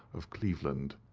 of cleveland.